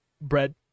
bread